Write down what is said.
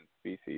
species